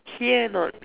here not